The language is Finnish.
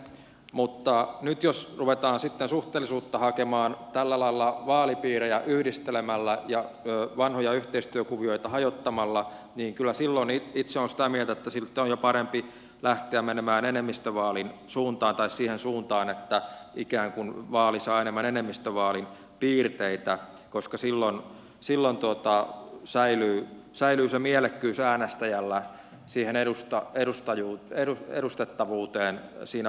mutta nyt jos ruvetaan sitten suhteellisuutta hakemaan tällä lailla vaalipiirejä yhdistelemällä ja vanhoja yhteistyökuvioita hajottamalla niin kyllä itse olen sitä mieltä että silloin sitten on jo parempi lähteä menemään enemmistövaalin suuntaan tai siihen suuntaan että vaali saa ikään kuin enemmän enemmistövaalin piirteitä koska silloin säilyy se mielekkyys äänestäjällä siihen edustettavuuteen siinä vaalissa